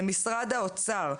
למשרד האוצר,